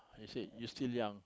I said you still young